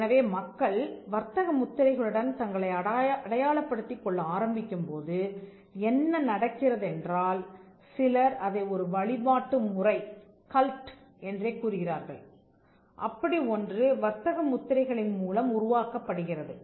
எனவே மக்கள் வர்த்தக முத்திரைகளுடன் தங்களை அடையாளப்படுத்திக் கொள்ள ஆரம்பிக்கும்போது என்ன நடக்கிறதென்றால் சிலர் அதை ஒரு வழிபாட்டு முறை என்றே கூறுகிறார்கள் அப்படி ஒன்று வர்த்தக முத்திரைகளின் மூலம் உருவாக்கப்படுகிறது